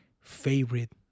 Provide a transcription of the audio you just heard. favorite